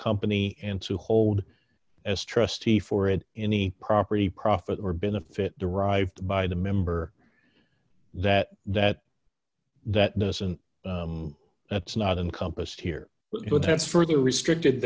company and to hold as trustee for it any property profit or benefit derived by the member that that that doesn't that's not an compassed here but that's further restricted